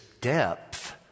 depth